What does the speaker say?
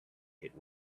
hit